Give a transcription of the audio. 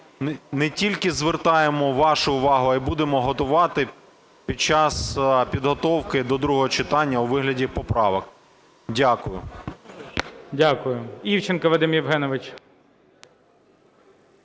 не тільки звертаємо вашу увагу, а й будемо готувати під час підготовки до другого читання у вигляді поправок. Дякую. ГОЛОВУЮЧИЙ. Дякую. Івченко Вадим Євгенович.